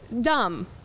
Dumb